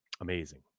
Amazing